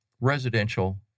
residential